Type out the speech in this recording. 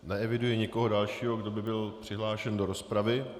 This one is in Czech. Neeviduji nikoho dalšího, kdo by byl přihlášen do rozpravy.